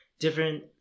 Different